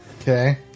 Okay